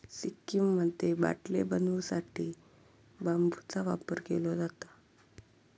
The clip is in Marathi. सिक्कीममध्ये बाटले बनवू साठी बांबूचा वापर केलो जाता